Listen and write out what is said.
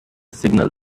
signal